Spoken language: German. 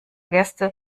gäste